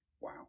Wow